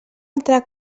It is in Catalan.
altra